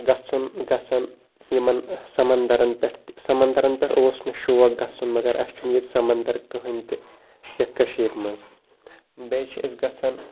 گژھُن گژھان یِمن سَمندرَن پٮ۪ٹھ تہِ سَمندرَن پٮ۪ٹھ اوس مےٚ شوق گژھُن مَگر اَسہِ چھُنہٕ ییٚتہِ سَمندر کٕہٕنۍ تہِ یَتھ کٔشیٖر منٛز بیٚیہِ چھِ أسۍ گژھان